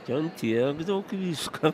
ten tiek daug visko